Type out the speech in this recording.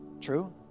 True